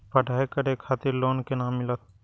पढ़ाई करे खातिर लोन केना मिलत?